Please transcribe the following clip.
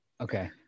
Okay